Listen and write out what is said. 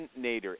Nader